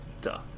duh